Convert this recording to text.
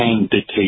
dictate